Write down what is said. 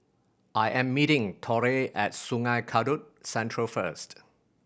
I am meeting Torey at Sungei Kadut Central first